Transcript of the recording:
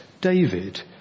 David